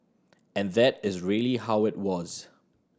and that is really how it was